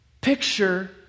picture